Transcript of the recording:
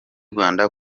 rwanda